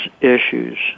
issues